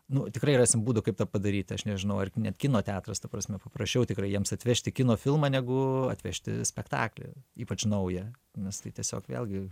nu tikrai rasim būdų kaip tą padaryt aš nežinau ar net kino teatras ta prasme papraščiau tikrai jiems atvežti kino filmą negu atvežti spektaklį ypač naują nes tai tiesiog vėlgi